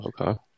Okay